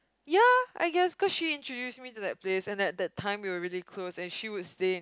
ya I guess cause she introduced me to that place and at that time we were really close and she would stay and